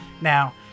Now